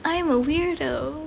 I'm a weirdo